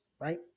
right